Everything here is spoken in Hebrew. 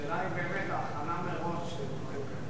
השאלה היא באמת ההכנה מראש של דברים כאלה.